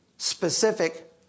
Specific